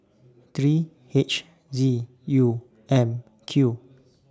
three H Z U M Q